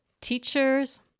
Teachers